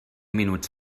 minuts